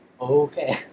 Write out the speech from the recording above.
Okay